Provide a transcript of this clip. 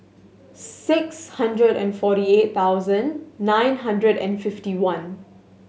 six hundred and forty eight thousand nine hundred and fifty one